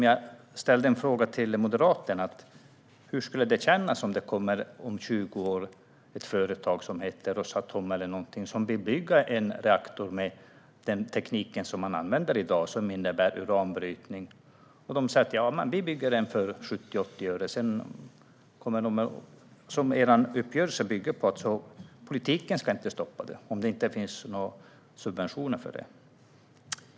Jag ställde en fråga till Moderaterna: Hur skulle det kännas om det om 20 år kommer ett företag som heter Rosatom eller någonting som vill bygga en reaktor med den teknik som man använder i dag, för 70-80 öre, och som innebär uranbrytning? Er uppgörelse bygger ju på att politiken inte ska stoppa detta om det inte finns några subventioner för det.